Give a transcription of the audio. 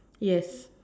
yes